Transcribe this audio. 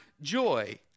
joy